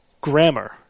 grammar